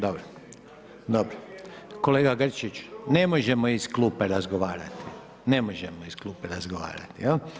Dobro, kolega Grčić, ne možemo iz klupe razgovarati, ne možemo iz klupe razgovarati.